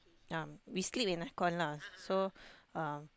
um we sleep in aircon lah so uh